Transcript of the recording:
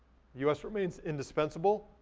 us remains indispensable,